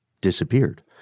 Disappeared